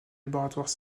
laboratoires